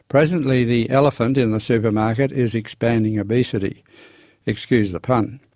presently the elephant in the super-market is expanding obesity excuse the pun.